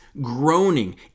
groaning